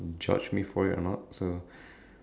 judge me for it or not so